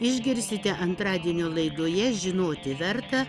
išgirsite antradienio laidoje žinoti verta